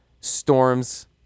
storms